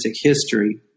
History